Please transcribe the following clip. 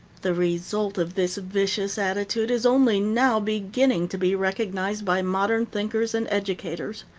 the result of this vicious attitude is only now beginning to be recognized by modern thinkers and educators.